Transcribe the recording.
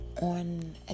on